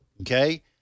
Okay